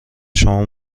شما